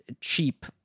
cheap